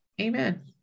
Amen